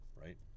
right